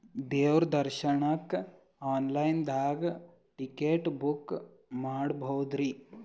ದೇವ್ರ ದರ್ಶನಕ್ಕ online ದಾಗ ಟಿಕೆಟ ಬುಕ್ಕ ಮಾಡ್ಬೊದ್ರಿ?